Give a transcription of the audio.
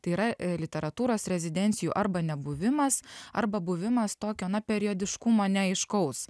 tai yra literatūros rezidencijų arba nebuvimas arba buvimas tokio na periodiškumo neaiškaus